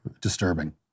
disturbing